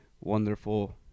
wonderful